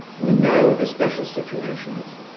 we know the special situations.